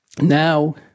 Now